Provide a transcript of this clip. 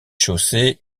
chaussée